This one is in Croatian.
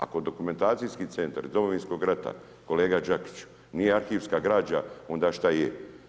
Ako Dokumentacijski centar iz Domovinskog rata kolega Đakiću nije arhivska građa onda šta je?